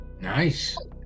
nice